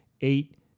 eight